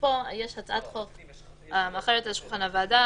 שפה יש הצעת חוק על שולחן הוועדה,